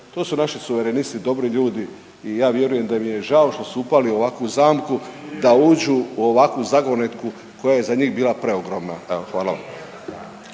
to su naši suverenisti dobri ljudi i ja vjerujem da im je žao što su upali u ovakvu zamku da užu u ovakvu zagonetku koja je za njih bila preogromna. Evo, hvala vam.